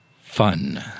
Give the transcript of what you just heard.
fun